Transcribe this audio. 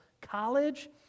college